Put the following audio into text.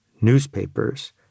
newspapers